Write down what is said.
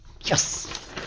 Yes